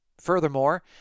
Furthermore